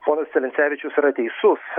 ponas celecevičius yra teisus